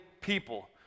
people